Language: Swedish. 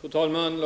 Fru talman!